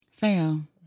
Fam